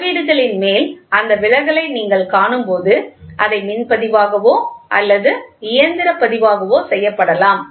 எனவே அளவீடுகளின் மேல் அந்த விலகலை நீங்கள் காணும்போது அதை மின் பதிவாகவோ அல்லது இயந்திர பதிவாகவோ செய்யப்படலாம்